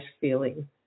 feeling